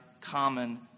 common